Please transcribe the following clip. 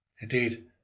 Indeed